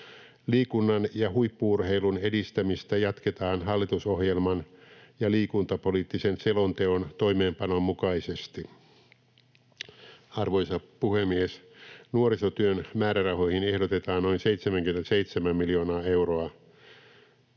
Liikunnan ja huippu-urheilun edistämistä jatketaan hallitusohjelman ja liikuntapoliittisen selonteon toimeenpanon mukaisesti. Arvoisa puhemies! Nuorisotyön määrärahoihin ehdotetaan noin 77 miljoonaa euroa,